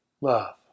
love